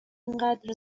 اینقدر